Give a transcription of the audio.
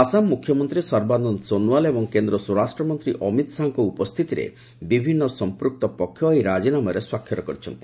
ଆସାମ ମୁଖ୍ୟମନ୍ତ୍ରୀ ସର୍ବାନନ୍ଦ ସୋନୱାଲ ଏବଂ କେନ୍ଦ୍ର ସ୍ୱରାଷ୍ଟ୍ର ମନ୍ତ୍ରୀ ଅମିତ ଶାହାଙ୍କ ଉପସ୍ଥିତିରେ ବିଭିନ୍ନ ସମ୍ପୃକ୍ତ ପକ୍ଷ ଏହି ରାଜିନାମାରେ ସ୍ୱାକ୍ଷର କରିଛନ୍ତି